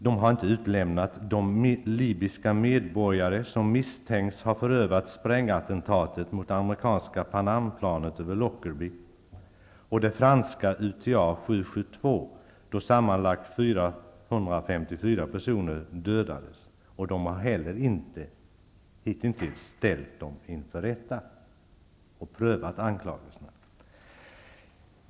Det har inte utelämnat de libyska medborgare som misstänks ha förövat sprängattentaten mot det amerikanska PanAmplanet över Lockerbie och det franska UTA772, då sammanlagt 454 personer dödades. Man har hitintills inte heller ställt dem inför rätta och prövat anklagelserna.